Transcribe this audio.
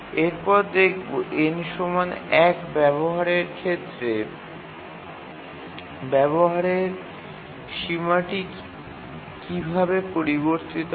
এরপর দেখবো n ১ ব্যবহারের ক্ষেত্রে ব্যবহারের সীমাটি কীভাবে পরিবর্তিত হয়